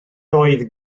oedd